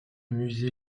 musée